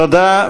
תודה.